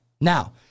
Now